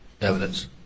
evidence